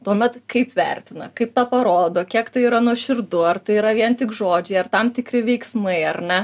tuomet kaip vertina kaip tą parodo kiek tai yra nuoširdu ar tai yra vien tik žodžiai ar tam tikri veiksmai ar ne